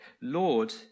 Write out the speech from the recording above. Lord